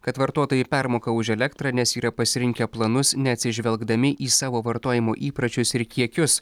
kad vartotojai permoka už elektrą nes yra pasirinkę planus neatsižvelgdami į savo vartojimo įpročius ir kiekius